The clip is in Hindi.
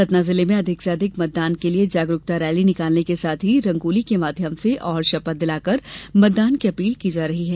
सतना जिले में अधिक से अधिक मतदान के लिये जागरूकता रैली निकालने के साथ ही रंगोली के माध्यम से और शपथ दिलाकर मतदान की अपील की जा रही है